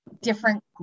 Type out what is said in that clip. different